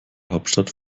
hauptstadt